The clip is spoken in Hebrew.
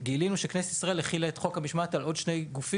אנחנו גילינו שהכנסת החילה את חוק המשמעת על עוד שני גופים,